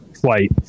Flight